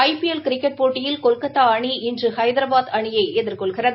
ஐ P L cricket போட்டில் இன்று கொல்கத்தா அணி ஹைதராபாத் அணியை எதிர்கொள்கிறது